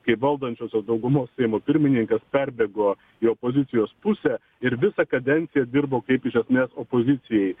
kai valdančiosios daugumos seimo pirmininkas perbėgo į opozicijos pusę ir visą kadenciją dirbo kaip iš esmės opozicijoj